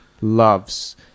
loves